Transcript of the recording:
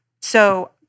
So-